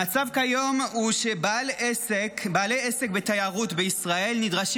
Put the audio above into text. המצב כיום הוא שבעלי עסק בתיירות בישראל נדרשים